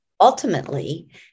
ultimately